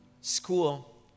school